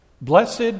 Blessed